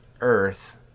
earth